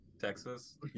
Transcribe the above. Texas